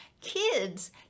kids